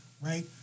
right